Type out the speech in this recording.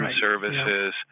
services